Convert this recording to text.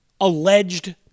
alleged